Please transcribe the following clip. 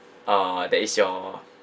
uh that is your